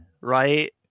right